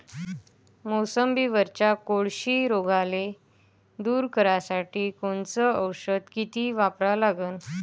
मोसंबीवरच्या कोळशी रोगाले दूर करासाठी कोनचं औषध किती वापरा लागन?